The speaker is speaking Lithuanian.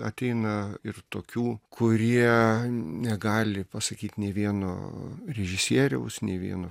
ateina ir tokių kurie negali pasakyt nei vieno režisieriaus nei vieno